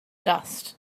dust